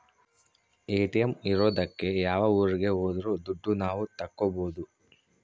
ATM ಇರೋದಕ್ಕೆ ಯಾವ ಊರಿಗೆ ಹೋದ್ರು ದುಡ್ಡು ನಾವ್ ತಕ್ಕೊಬೋದು